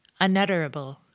Unutterable